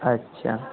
اچھا